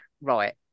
right